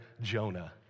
Jonah